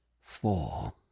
Four